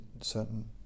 certain